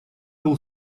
был